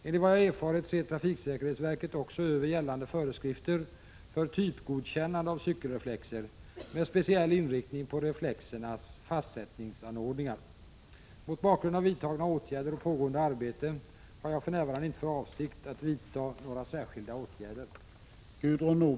Enligt vad jag erfarit ser trafiksäkerhetsverket också över gällande Mot bakgrund av vidtagna åtgärder och pågående arbete har jag för närvarande inte för avsikt att vidta några särskilda åtgärder.